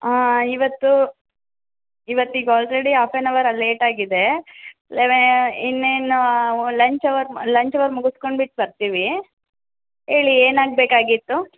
ಹಾಂ ಇವತ್ತು ಇವತ್ತಿಗೆ ಆಲ್ರೆಡಿ ಆಫ್ ಆನ್ ಅವರಲ್ಲಿ ಲೇಟ್ ಆಗಿದೆ ಲೆವೆ ಇನ್ನೇನು ಲಂಚ್ ಅವರ್ ಮಾ ಲಂಚ್ ಅವರ್ ಮುಗುಸ್ಕೊಂಡ್ಬಿಟ್ಟು ಬರ್ತೀವಿ ಹೇಳಿ ಏನಾಗಬೇಕಾಗಿತ್ತು